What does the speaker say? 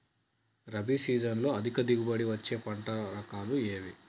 రబీ సీజన్లో అధిక దిగుబడి వచ్చే పంటల రకాలు ఏవి?